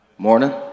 Morning